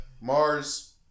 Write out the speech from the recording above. Mars